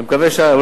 אני מקווה,